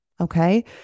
Okay